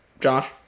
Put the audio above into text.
Josh